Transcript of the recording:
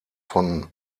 von